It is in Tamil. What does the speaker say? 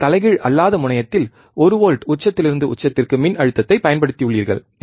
நீங்கள் தலைகீழ் அல்லாத முனையத்தில் ஒரு வோல்ட் உச்சத்திலிருந்து உச்சத்திற்கு மின்னழுத்தத்தைப் பயன்படுத்தியுள்ளீர்கள்